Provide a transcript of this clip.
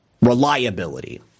reliability